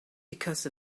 because